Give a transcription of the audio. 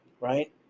Right